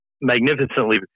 magnificently